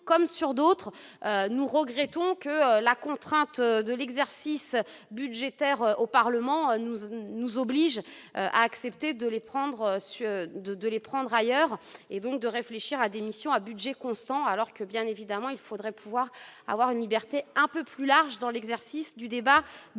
comme sur d'autres, nous regrettons que la contrainte de l'exercice budgétaire au Parlement, nous nous oblige à accepter de les prendre sur de de les prendre ailleurs et donc de réfléchir à des missions à budget constant, alors que bien évidemment il faudrait pouvoir avoir une liberté un peu plus large dans l'exercice du débat budgétaire.